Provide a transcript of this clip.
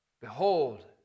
Behold